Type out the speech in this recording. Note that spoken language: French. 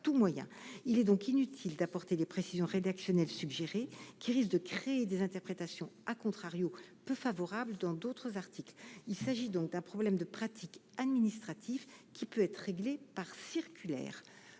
il est donc inutile d'apporter des précisions rédactionnelles suggéré qui risque de créer des interprétations à contrario peu favorable dans d'autres articles, il s'agit donc d'un problème de pratiques administratif qui peut être réglé par circulaire